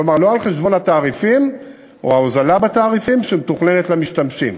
כלומר לא על חשבון ההוזלה בתעריפים שמתוכננת למשתמשים.